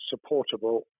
supportable